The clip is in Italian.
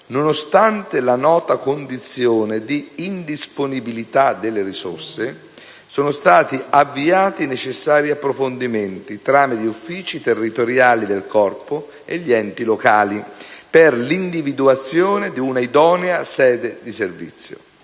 nonostante la nota condizione di indisponibilità delle risorse, sono stati avviati i necessari approfondimenti, tramite gli uffici territoriali del Corpo e gli enti locali, per l'individuazione di un'idonea sede di servizio.